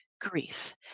Grief